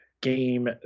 game